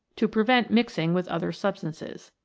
to prevent mixing with other substances.